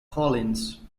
collins